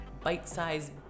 bite-sized